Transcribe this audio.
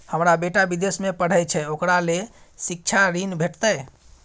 हमर बेटा विदेश में पढै छै ओकरा ले शिक्षा ऋण भेटतै?